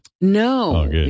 no